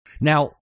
Now